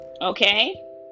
Okay